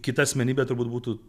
kita asmenybė turbūt būtų